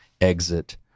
exit